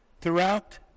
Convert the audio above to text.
Throughout